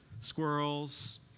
squirrels